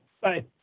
Bye